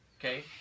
Okay